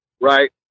Right